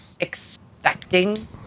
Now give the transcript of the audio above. expecting